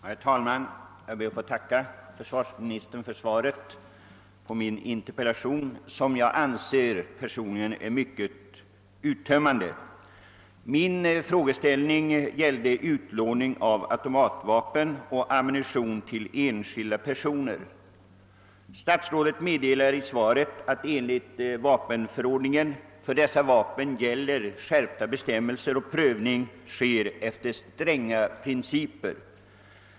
Herr talman! Jag ber att få tacka försvarsministern för det uttömmande svaret på min interpellation. vapen och ammunition till enskilda personer. Statsrådet meddelar i svaret att provisoriska bestämmelser har utfärdats vilka innebär en skärpning av tilllämpningsföreskrifterna och att prövning sker enligt mycket restriktiva regler.